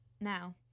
now